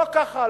לא ככה.